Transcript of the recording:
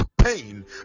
Pain